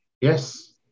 yes